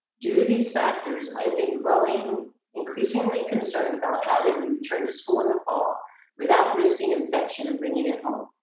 due to these factors i have been growing increasingly concerned about how they would return to school in the fall without risking infection and bringing it home.